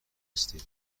هستیم